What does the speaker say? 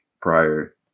prior